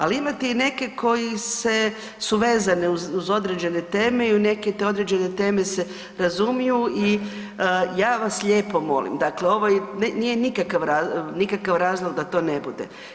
Ali imate i neke koji se su vezane uz određene teme i u neke te određene teme se razumiju i ja vas lijepo molim, dakle ovo nije nikakav razlog da to ne bude.